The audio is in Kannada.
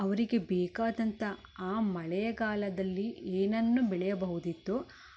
ಅವರಿಗೆ ಬೇಕಾದಂಥ ಆ ಮಳೆಗಾಲದಲ್ಲಿ ಏನನ್ನು ಬೆಳೆಯಬಹುದಿತ್ತು